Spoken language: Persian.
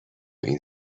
این